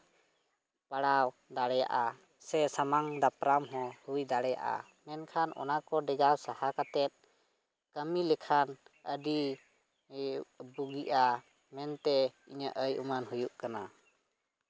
ᱯᱟᱲᱟᱣ ᱫᱟᱲᱮᱭᱟᱜᱼᱟ ᱥᱮ ᱥᱟᱢᱟᱝ ᱫᱟᱯᱨᱟᱢ ᱦᱚᱸ ᱦᱩᱭ ᱫᱟᱲᱮᱭᱟᱜᱼᱟ ᱢᱮᱱᱠᱷᱟᱱ ᱚᱱᱟᱠᱚ ᱰᱷᱮᱠᱟᱣ ᱥᱟᱦᱟ ᱠᱟᱛᱮ ᱠᱟᱹᱢᱤ ᱞᱮᱠᱷᱟᱱ ᱟᱹᱰᱤ ᱵᱩᱜᱤᱜᱼᱟ ᱢᱮᱱᱛᱮ ᱤᱧᱟᱹᱜ ᱟᱹᱭ ᱩᱢᱟᱹᱱ ᱦᱩᱭᱩᱜ ᱠᱟᱱᱟ